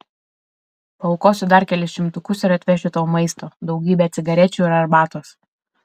paaukosiu dar kelis šimtukus ir atvešiu tau maisto daugybę cigarečių ir arbatos